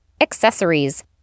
accessories